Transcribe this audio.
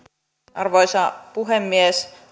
arvoisa puhemies